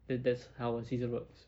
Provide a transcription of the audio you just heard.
tha~ that's how a season works